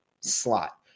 slot